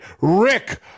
Rick